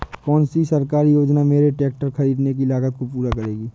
कौन सी सरकारी योजना मेरे ट्रैक्टर ख़रीदने की लागत को पूरा करेगी?